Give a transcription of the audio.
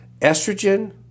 Estrogen